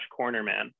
Cornerman